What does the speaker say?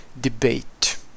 debate